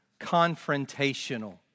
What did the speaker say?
confrontational